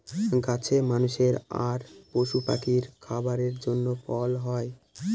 গাছে মানুষের আর পশু পাখির খাবারের জন্য ফল হয়